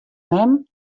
mem